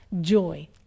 joy